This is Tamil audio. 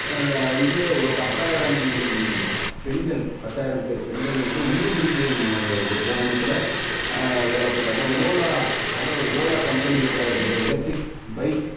அதில் வந்து ஒரு பத்தாயிரம் பெண்கள் பத்தாயிரம் பேர் பெண்கள் வந்து உள்ளுக்குறிக்கியம் ஒரு கிராமத்தில் வேலை பண்ணுறாங்க ஓலா அது ஓலா கம்பெனி கூட இருக்குது எலக்ட்ரிக் பைக்